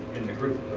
in the group,